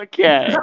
Okay